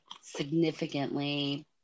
significantly